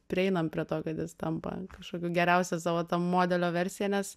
prieinam prie to kad jis tampa kažkokiu geriausia savo modelio versija nes